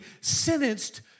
sentenced